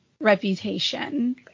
reputation